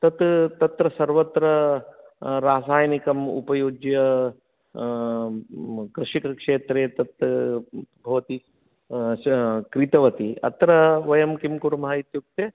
तत् तत्र सर्वत्र रासायनिकम् उपयुज्य कृषिक्षेत्रे यत् भवती तत् क्रीतवती अत्र वयं किं कुर्मः इत्युक्ते